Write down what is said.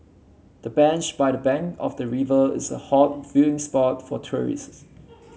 the bench by the bank of the river is a hot viewing spot for tourists